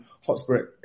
Hotspur